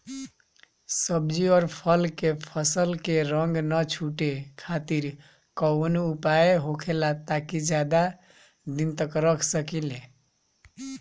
सब्जी और फल के फसल के रंग न छुटे खातिर काउन उपाय होखेला ताकि ज्यादा दिन तक रख सकिले?